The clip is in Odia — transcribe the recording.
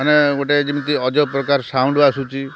ମାନେ ଗୋଟେ ଯେମିତି ଅଜବ୍ ପ୍ରକାର ସାଉଣ୍ଡ୍ ଆସୁଛି